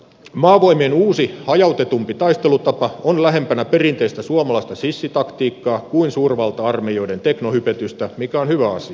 maavoimien uusi hajautetumpi taistelutapa on lähempänä perinteistä suomalaista sissitaktiikkaa kuin suurvalta armeijoiden teknohypetystä mikä on hyvä asia